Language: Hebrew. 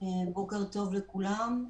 בוקר טוב לכולם.